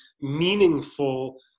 meaningful